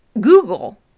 google